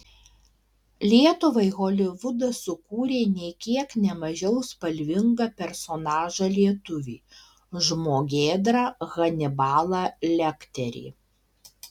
lietuvai holivudas sukūrė nė kiek ne mažiau spalvingą personažą lietuvį žmogėdrą hanibalą lekterį